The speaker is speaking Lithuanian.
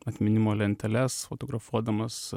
atminimo lenteles fotografuodamas